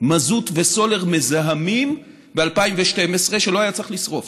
מזוט וסולר מזהמים שלא היה צריך לשרוף,